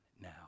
now